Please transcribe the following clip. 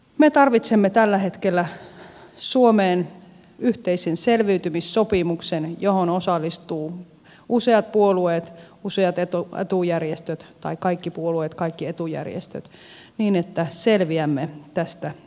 me tarvitsemme tällä hetkellä suomeen yhteisen selviytymissopimuksen johon osallistuvat useat puolueet useat etujärjestöt tai kaikki puolueet kaikki etujärjestöt niin että selviämme tästä suosta